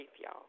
y'all